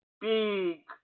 big